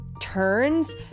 turns